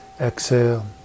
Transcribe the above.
exhale